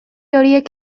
horiek